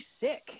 sick